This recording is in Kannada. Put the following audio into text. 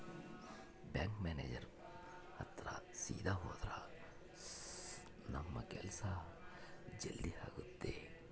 ಬ್ಯಾಂಕ್ ಮ್ಯಾನೇಜರ್ ಹತ್ರ ಸೀದಾ ಹೋದ್ರ ನಮ್ ಕೆಲ್ಸ ಜಲ್ದಿ ಆಗುತ್ತೆ